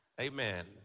Amen